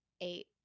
eight